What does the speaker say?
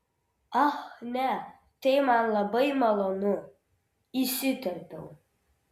ach ne tai man labai malonu įsiterpiau